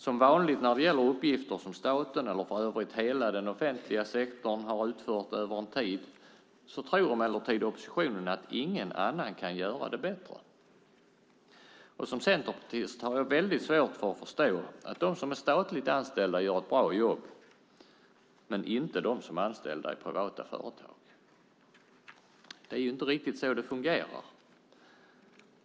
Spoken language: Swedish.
Som vanligt när det gäller uppgifter som staten, eller för övrigt hela den offentliga sektorn, har utfört över en tid, tror emellertid oppositionen att ingen annan kan göra det bättre. Som centerpartist har jag svårt att förstå att bara de som är statligt anställda gör ett bra jobb men inte de som är anställda i privata företag. Det är inte riktigt så det fungerar.